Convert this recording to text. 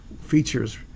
features